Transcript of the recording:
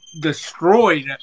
destroyed